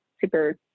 super